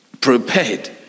prepared